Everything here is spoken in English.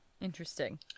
interesting